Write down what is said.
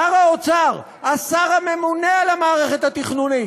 שר האוצר, השר הממונה על המערכת התכנונית,